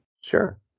sure